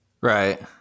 Right